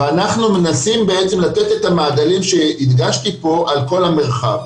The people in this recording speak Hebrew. ואנחנו מנסים לתת את המעגלים שהדגשתי פה על כל המרחב.